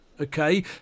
Okay